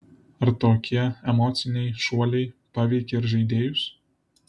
ar tokie emociniai šuoliai paveikia ir žaidėjus